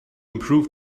improve